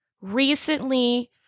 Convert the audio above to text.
recently